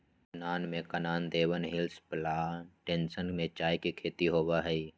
मुन्नार में Kanan Devan hills plantation में चाय के खेती होबा हई